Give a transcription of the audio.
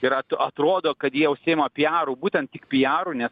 ir at atrodo kad jie užsiima pijaru būtent tik pijaru nes